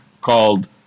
called